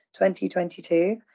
2022